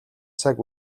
цаг